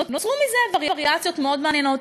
נוצרו מזה וריאציות מאוד מעניינות.